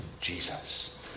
Jesus